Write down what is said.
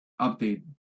update